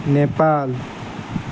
Nepal